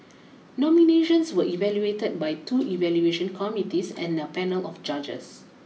nominations were evaluated by two evaluation committees and a panel of judges